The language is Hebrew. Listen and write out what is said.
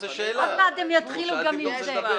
עוד מעט הם יתחילו גם עם זה.